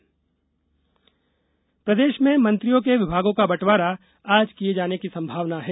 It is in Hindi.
मंत्री विभाग बंटवारा प्रदेश में मंत्रियों के विभागों का बंटवारा आज किये जाने की संभावना है